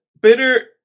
bitter